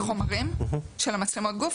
החומרים של מצלמות הגוף?